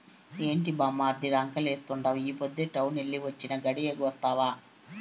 ఏంది బామ్మర్ది రంకెలేత్తండావు ఈ పొద్దే టౌనెల్లి వొచ్చినా, గడియాగొస్తావా